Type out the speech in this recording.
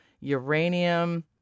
uranium